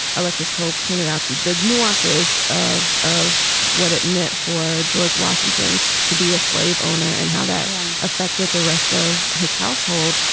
alexis cole pointed out the nuances of of what it meant for george washington to be a slave owner and how that affected the rest of his household,